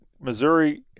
Missouri